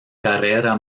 carrera